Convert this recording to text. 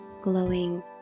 glowing